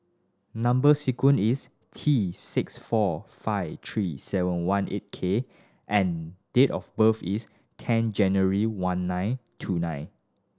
number sequence is T six four five three seven one eight K and date of birth is ten January one nine two nine